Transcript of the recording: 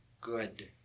good